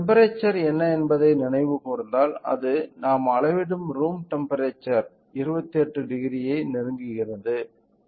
temperature என்ன என்பதை நீங்கள் நினைவு கூர்ந்தால் நாம் அளவிடும் ரூம் டெம்ப்பெரேச்சர் 280 ஐ நெருங்கியது